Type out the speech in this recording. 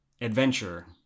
adventure